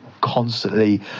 constantly